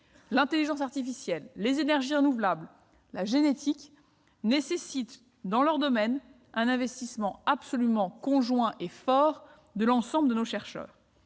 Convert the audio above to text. L'intelligence artificielle, les énergies renouvelables, la génétique nécessitent, dans leur domaine, un investissement absolument conjoint et fort de l'ensemble de nos chercheurs.